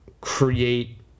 create